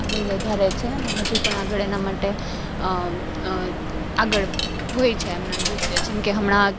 આગળ વધારે છે અને હજુ પણ આગળ એના માટે આગળ હોય છે એમનાં નૃત્ય જેમકે હમણાં